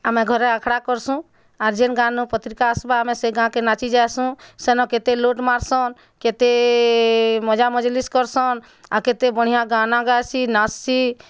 ଆମେ ଘରେ ଆଖଡ଼ା କରସୁଁ ଆର୍ ଜେନ୍ ଗାଁନୁ ପତ୍ରିକା ଆସବା ଆମେ ସେ ଗାଁକେ ନାଚି ଯାଏସୁଁ ସେନ କେତେ ଲୁଟ୍ ମାରସନ୍ କେତେ ମଜା ମଜଲିସସ୍ କରସନ୍ ଆଉ କେତେ ବଢ଼ିଆ ଗାନା ଗାଏସିଁ ନାଚସିଁ